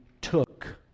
took